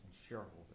shareholders